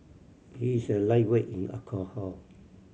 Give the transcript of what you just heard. he is a lightweight in alcohol